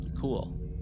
Cool